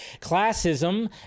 classism